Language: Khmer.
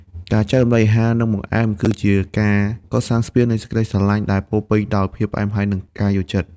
ការចែករំលែកអាហារ និងបង្អែម គឺជាការកសាងស្ពាននៃសេចក្ដីស្រឡាញ់ដែលពោរពេញដោយភាពផ្អែមល្ហែម និងការយល់ចិត្ត។